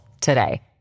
today